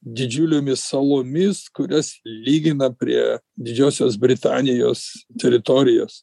didžiulėmis salomis kurias lygina prie didžiosios britanijos teritorijos